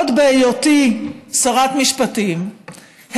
עוד בהיותי שרת משפטים,